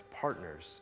partners